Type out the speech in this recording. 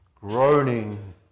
groaning